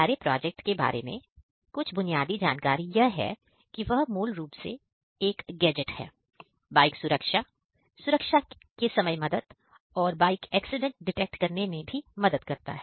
हमारे प्रोजेक्ट के बारे में कुछ बुनियादी जानकारी यह है कि वह मूल रूप से एक गैजेट है बाइक सुरक्षा सुरक्षा में मदद और बाइक एक्सीडेंट डिटेक्ट करने में भी मदद करता है